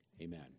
amen